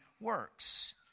works